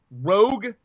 rogue